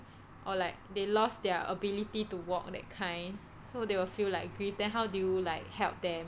or like they lost their ability to walk that kind so they will feel like grief then how do you like help them